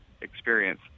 experience